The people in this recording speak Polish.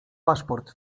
paszport